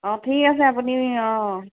অ' ঠিক আছে আপুনি অ'